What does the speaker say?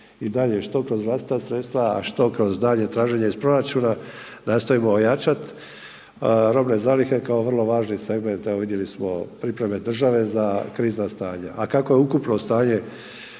se ne razumije./... a što kroz daljnje traženje iz proračuna, nastojimo ojačati robne zalihe kao vrlo važni segment, evo vidjeli smo pripreme države za krizna stanja a kako je ukupno stanje